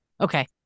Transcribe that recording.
Okay